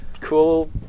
cool